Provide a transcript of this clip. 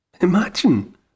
Imagine